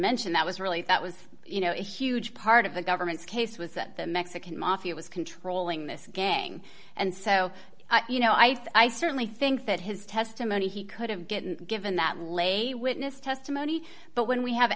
mentioned that was really that was you know a huge part of the government's case was that the mexican mafia was controlling this gang and so you know i certainly think that his testimony he could have given that lay witness testify but when we have